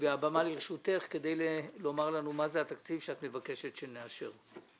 והבמה לרשותך כדי לומר לנו מהו התקציב שאת מבקשת שנאשר.